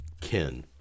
Ken